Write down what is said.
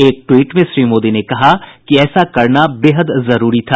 एक ट्वीट में श्री मोदी ने कहा कि ऐसा करना बेहद जरूरी था